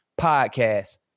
podcast